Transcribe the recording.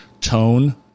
tone